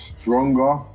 stronger